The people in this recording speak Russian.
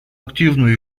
активную